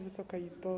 Wysoka Izbo!